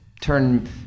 turn